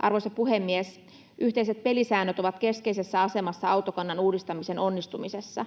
Arvoisa puhemies! Yhteiset pelisäännöt ovat keskeisessä asemassa autokannan uudistamisen onnistumisessa.